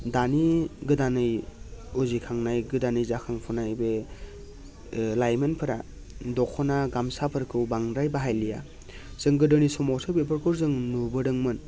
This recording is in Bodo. दानि गोदानै उजिखांनाय गोदानै जाखांफुनाय बे ओ लाइमोनफोरा दख'ना गामसाफोरखौ बांद्राय बाहायलिया जों गोदोनि समावसो बेफोरखौ जों नुबोदोंमोन